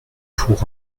pour